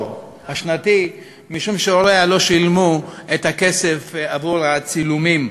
השנתית משום שהוריה לא שילמו את הכסף עבור הצילומים.